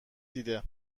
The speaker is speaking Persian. دیده